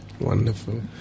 Wonderful